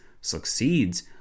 succeeds